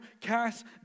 cast